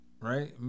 Right